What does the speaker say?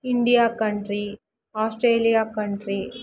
India country Australia country